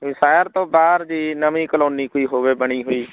ਇੰਸਾਇਰ ਤੋਂ ਬਾਹਰ ਜੀ ਨਵੀਂ ਕਲੋਨੀ ਕੋਈ ਹੋਵੇ ਬਣੀ ਹੋਈ